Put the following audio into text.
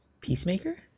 Peacemaker